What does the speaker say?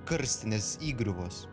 karstinės įgriuvos